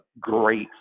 great